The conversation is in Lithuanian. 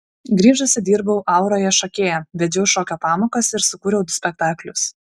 grįžusi dirbau auroje šokėja vedžiau šokio pamokas ir sukūriau du spektaklius